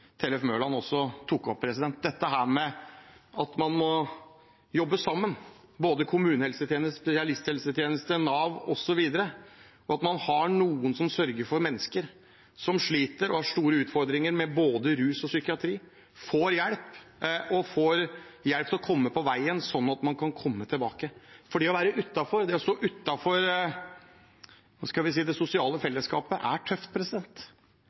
Tellef Inge Mørland tok opp, dette at man må jobbe sammen, både kommunehelsetjeneste, spesialisthelsetjeneste, Nav osv., og at man har noen som sørger for at mennesker som sliter, og som har store utfordringer med både rus og psykiatri, får hjelp til å komme i gang igjen, sånn at de kan komme tilbake. For det å være utenfor, det å stå utenfor det sosiale fellesskapet, er tøft,